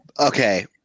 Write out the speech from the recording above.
okay